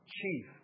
Chief